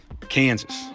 Kansas